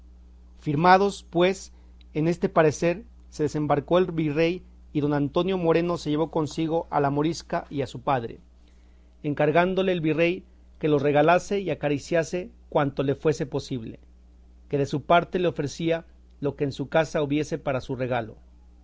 firmados pues en este parecer se desembarcó el virrey y don antonio moreno se llevó consigo a la morisca y a su padre encargándole el virrey que los regalase y acariciase cuanto le fuese posible que de su parte le ofrecía lo que en su casa hubiese para su